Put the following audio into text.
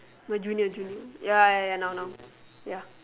my junior junior ya ya ya now now ya